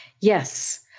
Yes